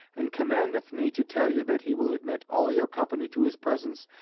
and commanded me to tell you that he will admit all your company to his presence,